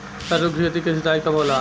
सरसों की खेती के सिंचाई कब होला?